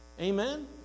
Amen